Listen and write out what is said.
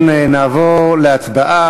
אם כן, נעבור להצבעה.